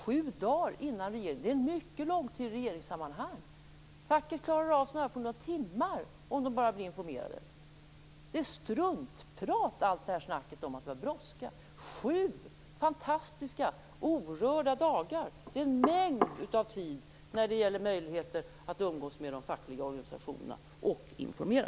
Sju dagar innan regeringen fattade beslutet, och det är en mycket lång tid i regeringssammanhang. Facket klarar av sådant på några timmar om man har blivit informerad. Allt snack om att det var brådska är struntprat. Sju fantastiska orörda dagar är en mängd av tid när det gäller möjligheter att umgås med de fackliga organisationerna och informera.